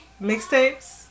mixtapes